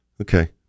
Okay